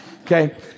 Okay